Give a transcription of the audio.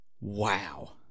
Wow